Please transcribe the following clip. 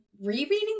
rereading